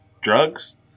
drugs